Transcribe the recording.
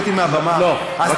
לקחת,